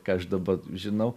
ką aš daba žinau